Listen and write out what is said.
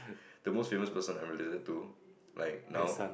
the most famous person I related to like now